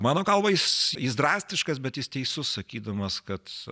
mano galva jis jis drastiškas bet jis teisus sakydamas kad